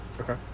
Okay